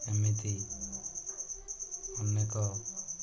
ଏମିତି ଅନେକ